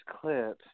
clip